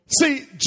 See